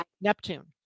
Neptune